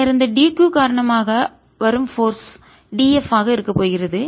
பின்னர் இந்த dq காரணமாக வரும் போர்ஸ் d F ஆக இருக்கப் போகிறது